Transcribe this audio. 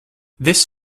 this